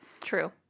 True